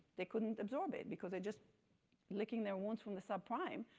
they couldn't absorb it because they just licking their wounds from the sub prime.